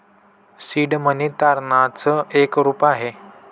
seed money तारणाच एक रूप आहे